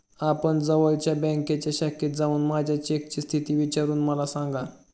आपण जवळच्या बँकेच्या शाखेत जाऊन माझ्या चेकची स्थिती विचारून मला सांगा